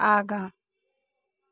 आगाँ